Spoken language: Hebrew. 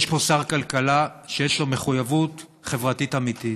יש פה שר כלכלה שיש לו מחויבות חברתית אמיתית.